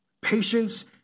Patience